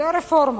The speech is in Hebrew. לא רפורמה,